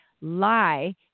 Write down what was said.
lie